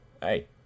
Hey